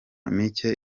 mike